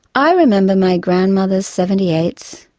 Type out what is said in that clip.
i remember my grandmother's seventy eight